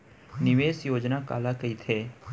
निवेश योजना काला कहिथे?